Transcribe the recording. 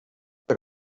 per